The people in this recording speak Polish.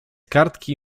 kartki